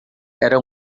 era